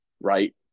right